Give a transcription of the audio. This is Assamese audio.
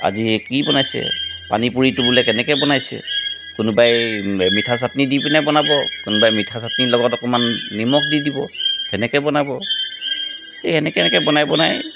আজি কি বনাইছে পানীপুৰিটো বোলে কেনেকৈ বনাইছে কোনোবাই মিঠা চাটনি দি পিনে বনাব কোনোবাই মিঠা চাটনি লগত অকণমান নিমখ দি দিব সেনেকৈ বনাব এই এনেকৈ এনেকৈ বনাই বনাই